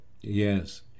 yes